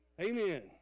amen